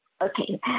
Okay